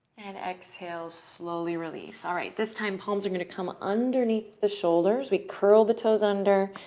and exhale, slowly release. all right. this time, palms are going to come underneath the shoulders. we curl the toes under,